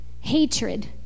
hatred